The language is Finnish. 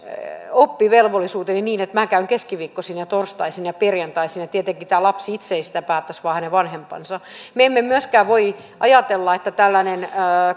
oppivelvollisuuteni niin että käyn keskiviikkoisin ja torstaisin ja perjantaisin ja tietenkään tämä lapsi itse ei sitä päättäisi vaan hänen vanhempansa me emme myöskään voi ajatella että tällainen